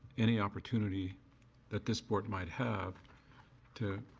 any opportunity that this board might have to